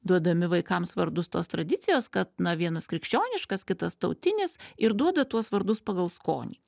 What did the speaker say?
duodami vaikams vardus tos tradicijos kad na vienas krikščioniškas kitas tautinis ir duoda tuos vardus pagal skonį